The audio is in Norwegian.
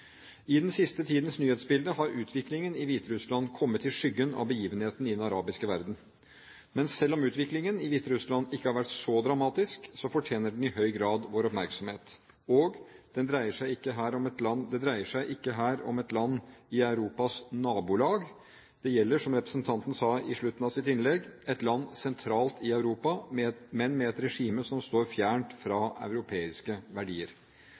I den siste tidens nyhetsbilde har utviklingen i Hviterussland kommet i skyggen av begivenhetene i den arabiske verden. Men selv om utviklingen i Hviterussland ikke har vært så dramatisk, fortjener den i høy grad vår oppmerksomhet. Og: Det dreier seg ikke her om et land i Europas nabolag. Det gjelder, som representanten sa i slutten av sitt innlegg, et land sentralt i Europa, men med et regime som står fjernt fra europeiske verdier.